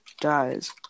Dies